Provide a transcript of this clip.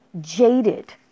jaded